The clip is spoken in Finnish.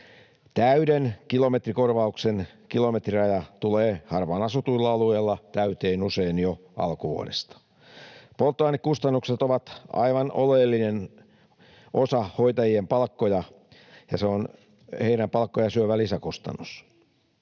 Täyden kilometrikorvauksen kilometriraja tulee harvaan asutuilla alueilla täyteen usein jo alkuvuodesta. Polttoainekustannukset ovat aivan oleellinen osa hoitajien palkkoja, ja se on heidän palkkojaan syövä lisäkustannus.